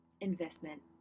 investment